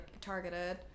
targeted